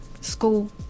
school